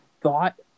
thought